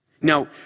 Now